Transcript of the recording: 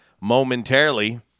momentarily